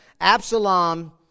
Absalom